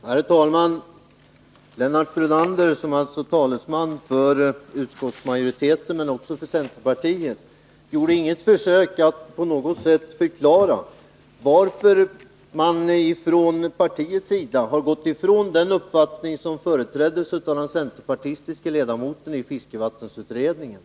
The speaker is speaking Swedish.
Herr talman! Lennart Brunander, som är talesman för utskottsmajoriteten men också för centerpartiet, gjorde inget försök att förklara varför man från partiets sida har gått ifrån den uppfattning som företräddes av den centerpartistiske ledamoten i fiskevattensutredningen.